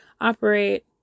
operate